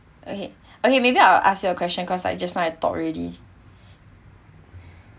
okay okay maybe I'll ask you a question cause I just now I talk already